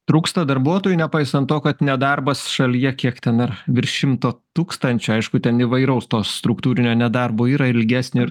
trūksta darbuotojų nepaisant to kad nedarbas šalyje kiek ten ar virš šimto tūkstančių aišku ten įvairaus to struktūrinio nedarbo yra ilgesnio ir